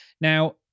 Now